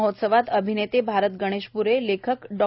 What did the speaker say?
महोत्सवात अभिनेते भारत गणेशप्रे लेखक डॉ